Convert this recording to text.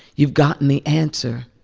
you've gotten the answer,